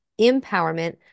empowerment